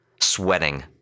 Sweating